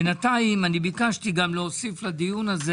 בנתיים אני ביקשתי גם להוסיף לדיון הזה